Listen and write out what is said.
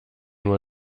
nur